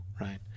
right